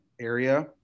area